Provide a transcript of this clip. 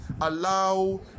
allow